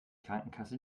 krankenkasse